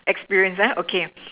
experience okay